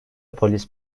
polis